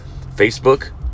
Facebook